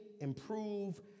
improve